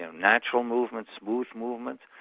um natural movements, smooth movements.